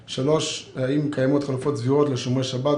3. אם קיימות חלופות סבירות לשומרי שבת,